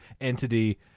entity